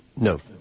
No